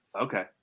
Okay